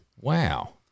Wow